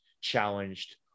challenged